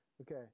Okay